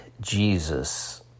Jesus